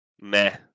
meh